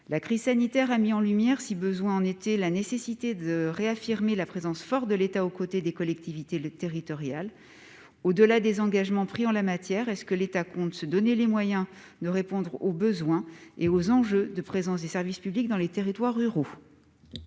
La crise sanitaire a mis en lumière, si besoin en était, la nécessité de réaffirmer la présence forte de l'État aux côtés des collectivités territoriales. Au-delà des engagements pris en la matière, l'État compte-t-il se donner les moyens de répondre aux besoins et aux enjeux de présence des services publics dans les territoires ruraux ?